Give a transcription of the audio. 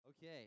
Okay